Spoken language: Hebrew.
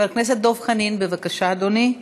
חבר הכנסת דב חנין, בבקשה, אדוני.